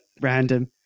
Random